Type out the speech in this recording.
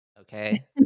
okay